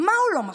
מה הוא לא מכר?